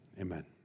Amen